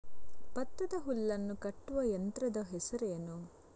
ಭತ್ತದ ಹುಲ್ಲನ್ನು ಕಟ್ಟುವ ಯಂತ್ರದ ಹೆಸರೇನು?